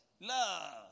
Love